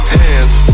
hands